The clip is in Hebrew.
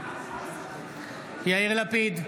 יאיר לפיד,